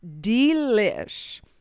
delish